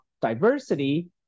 diversity